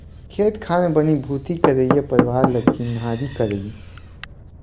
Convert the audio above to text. खेत खार म बनी भूथी करइया परवार ल चिन्हारी करई